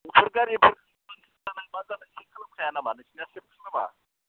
इफोर गारिफोर खालामखाया नामा नोंसिनिया चेक खालामा